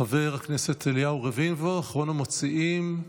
חבר הכנסת אליהו רביבו, אחרון המציעים,